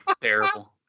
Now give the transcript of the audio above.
terrible